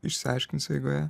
išsiaiškinsiu eigoje